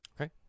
Okay